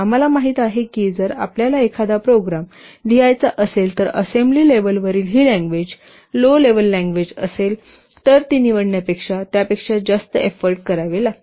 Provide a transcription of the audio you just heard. आम्हाला माहित आहे की जर आपल्याला एखादा प्रोग्राम लिहायचा असेल तर असेंब्ली लेव्हलवरील ही लँग्वेज जी लो लेव्हल लँग्वेज असेल तर ती निवडण्यापेक्षा त्यापेक्षा जास्त एफोर्ट करावे लागतील